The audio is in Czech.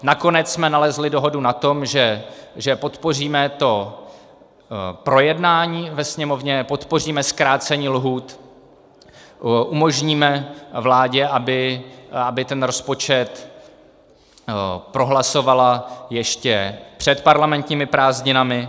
Nakonec jsme nalezli dohodu na tom, že podpoříme projednání ve Sněmovně, podpoříme zkrácení lhůt, umožníme vládě, aby rozpočet prohlasovala ještě před parlamentními prázdninami.